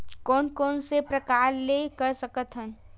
कोन कोन से प्रकार ले कर सकत हन?